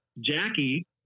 Jackie